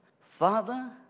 Father